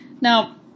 Now